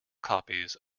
copies